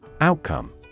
Outcome